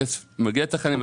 הכסף מגיע לצרכנים.